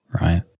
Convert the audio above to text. right